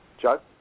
Chuck